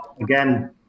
Again